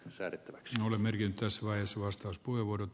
missä se on merkin kasvaessa vastauspuheenvuorot